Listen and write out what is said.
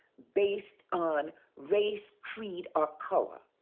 based on race, creed or color.